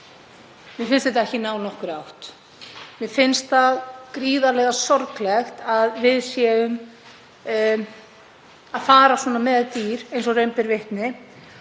mér finnst þetta ekki ná nokkurri átt. Mér finnst gríðarlega sorglegt að við séum að fara með dýr eins og raun ber vitni.